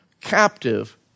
Captive